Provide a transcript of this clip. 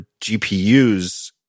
GPUs